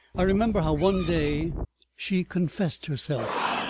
i remember how one day she confessed herself.